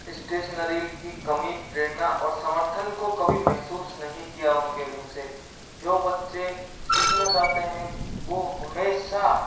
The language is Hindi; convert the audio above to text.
इस्टेसनरी की कमी प्रेरणा और समर्थन को कभी महसूस नहीं किया हूँ उनके मुँह से जो बच्चे सीखना चाहते हैं वो हमेशा